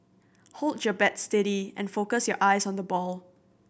hold your bat steady and focus your eyes on the ball